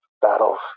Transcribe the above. battles